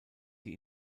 die